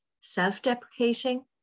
self-deprecating